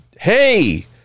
Hey